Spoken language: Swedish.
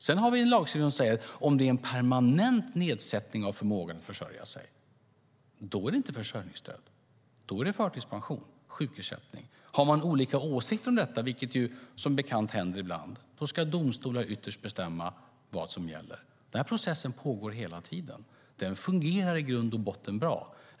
Sedan har vi en lagstiftning som säger att om det handlar om en permanent nedsättning av förmågan att försörja sig är det inte försörjningsstöd. Då är det förtidspension och sjukersättning. Om man har olika åsikter om detta, vilket som bekant händer ibland, ska domstolar ytterst bestämma vad som gäller. Den processen pågår hela tiden. Den fungerar i grund och botten bra.